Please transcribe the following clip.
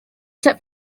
set